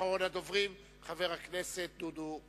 אחרון הדוברים, חבר הכנסת דודו רותם.